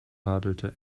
radelte